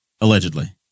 Allegedly